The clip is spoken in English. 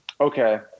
okay